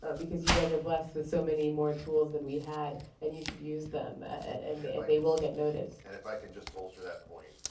ah because you guys are blessed with so many more tools than we had, and you should use them and they and they will get noticed. and if i can just bolster that point.